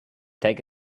take